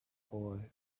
boy